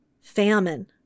famine